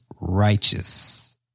righteous